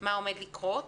מה עומד לקרות,